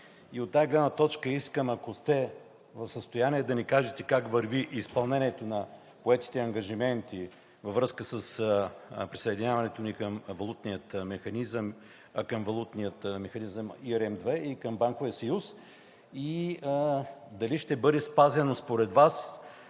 и от тази гледна точка искам, ако сте в състояние, да ни кажете как върви изпълнението на поетите ангажименти във връзка с присъединяването ни към Валутния механизъм ERM II и към Банковия съюз. Дали ще бъде спазено според Вас